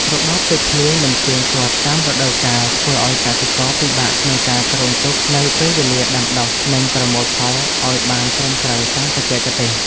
របបទឹកភ្លៀងមិនទៀងទាត់តាមរដូវកាលធ្វើឱ្យកសិករពិបាកក្នុងការគ្រោងទុកនូវពេលវេលាដាំដុះ និងប្រមូលផលឱ្យបានត្រឹមត្រូវតាមបច្ចេកទេស។